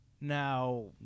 now